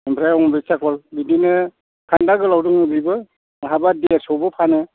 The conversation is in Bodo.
ओमफ्राय अमृत सागर बिदिनो खान्दा गोलाव दङ बेबो बहाबा देरस'आवबो फानो